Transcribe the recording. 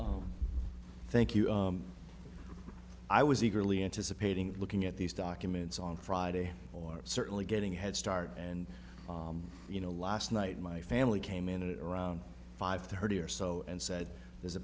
oh thank you i was eagerly anticipating looking at these documents on friday or certainly getting a head start and you know last night my family came in around five thirty or so and said there's a